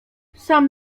sam